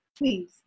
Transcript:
please